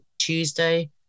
Tuesday